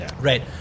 Right